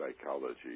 psychology